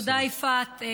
תודה, יפעת.